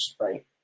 right